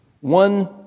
one